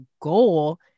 goal